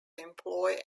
employ